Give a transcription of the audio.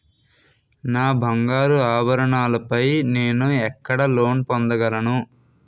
నా బంగారు ఆభరణాలపై నేను ఎక్కడ లోన్ పొందగలను?